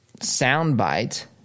soundbite